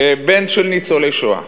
כבן של ניצולי שואה.